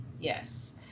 yes